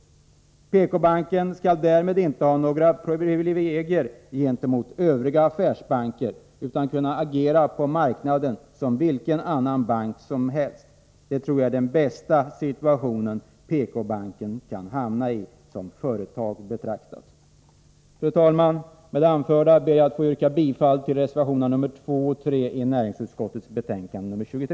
PK-banken skall därmed inte ha några privilegier gentemot övriga affärsbanker utan kunna agera på marknaden som vilken annan bank som helst. Det tror jag är den bästa situation som PK-banken kan hamna i som företag betraktad. Fru talman! Med det anförda ber jag att få yrka bifall till reservationerna nr 2 och 3 i näringsutskottets betänkande nr 23.